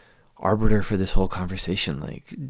arbiter for this whole conversation, like,